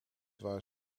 waar